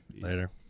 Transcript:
Later